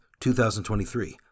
2023